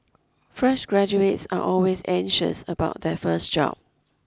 fresh graduates are always anxious about their first job